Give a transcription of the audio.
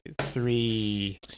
three